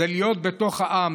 להיות בתוך העם,